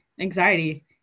anxiety